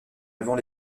levant